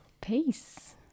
peace